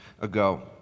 ago